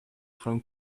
from